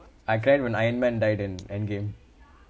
I cried when ironman died in end game